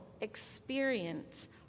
experience